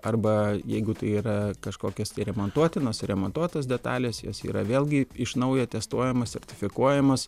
arba jeigu tai yra kažkokios remontuotinos suremontuotos detalės jos yra vėlgi iš naujo testuojamos sertifikuojamos